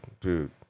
dude